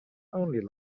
only